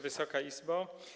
Wysoka Izbo!